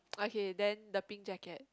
okay then the pink jacket